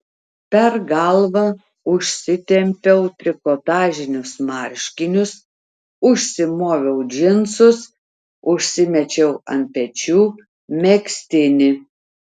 per galvą užsitempiau trikotažinius marškinius užsimoviau džinsus užsimečiau ant pečių megztinį